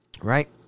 Right